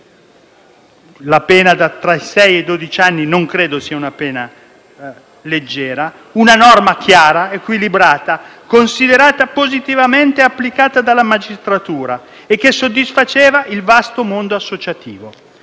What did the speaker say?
(la pena tra sei e dodici anni non credo sia leggera); una norma chiara, equilibrata e considerata positivamente e applicata dalla magistratura e che soddisfaceva il vasto mondo associativo.